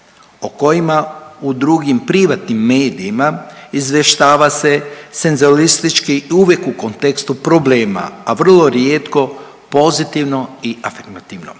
o kojima u drugim privatnim medijima izvještava se senzualistički uvijek u kontekstu problema, a vrlo rijetko pozitivno i afirmativno.